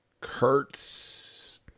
Kurtz